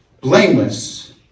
blameless